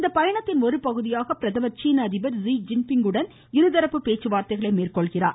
இந்த பயணத்தின் ஒருபகுதியாக பிரதமர் சீன அதிபர் ஸீ ஜின் பிங் உடன் இருதரப்பு பேச்சுவார்த்தைகளை மேற்கொள்கிறார்